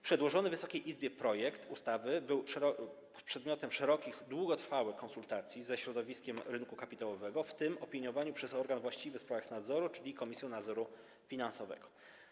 Przedłożony Wysokiej Izbie projekt ustawy był przedmiotem szerokich, długotrwałych konsultacji ze środowiskiem rynku kapitałowego, w tym opiniowany przez organ właściwy w sprawach nadzoru, czyli Komisję Nadzoru Finansowego.